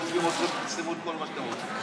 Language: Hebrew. היו עוזבים אתכם שתחסמו את כל מה שאתם רוצים.